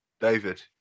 david